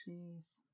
Jeez